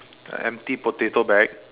the empty potato bag